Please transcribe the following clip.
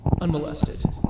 unmolested